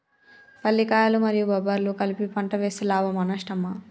పల్లికాయలు మరియు బబ్బర్లు కలిపి పంట వేస్తే లాభమా? నష్టమా?